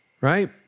right